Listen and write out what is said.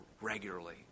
regularly